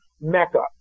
Mecca